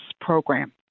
program